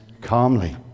calmly